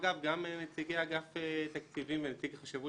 אגב, גם נציגי אגף תקציבים ונציג החשבות